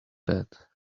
that